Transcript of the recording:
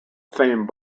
famed